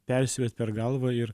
persiverst per galvą ir